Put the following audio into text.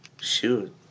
Shoot